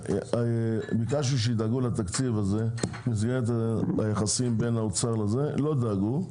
ביקשתי שידאגו לתקציב הזה במסגרת היחסים בין האוצר לא דאגו,